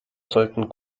sollten